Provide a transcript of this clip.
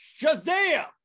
Shazam